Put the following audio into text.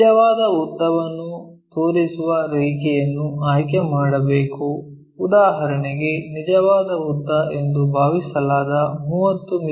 ನಿಜವಾದ ಉದ್ದವನ್ನು ತೋರಿಸುವ ರೇಖೆಯನ್ನು ಆಯ್ಕೆ ಮಾಡಬೇಕು ಉದಾಹರಣೆಗೆ ನಿಜವಾದ ಉದ್ದ ಎಂದು ಭಾವಿಸಲಾದ 30 ಮಿ